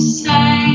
say